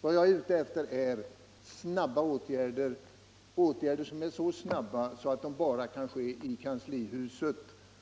Vad jag är ute efter är snabba åtgärder, så snabba att de bara kan vidtas i kanslihuset.